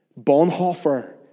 Bonhoeffer